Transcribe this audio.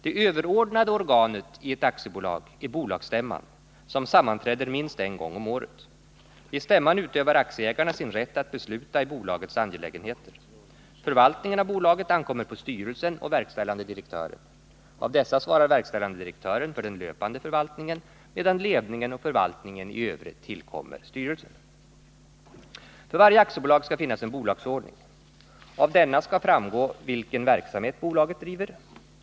Det överordnade organet i ett aktiebolag är bolagsstämman, som sammanträder minst en gång om året. Vid stämman utövar aktieägarna sin rätt att besluta i bolagets angelägenheter. Förvaltningen av bolaget ankommer på styrelsen och verkställande direktören. Av dessa svarar verkställande direktören för den löpande förvaltningen, medan ledningen och förvaltningen i övrigt tillkommer styrelsen. För varje aktiebolag skall finnas en bolagsordning. Av denna skall framgå vilken verksamhet bolaget driver.